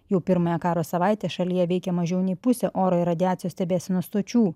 jau pirmąją karo savaitę šalyje veikė mažiau nei pusė oro ir radiacijos stebėsenos stočių